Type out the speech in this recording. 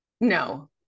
No